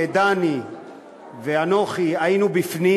דני ואנוכי היינו בפנים,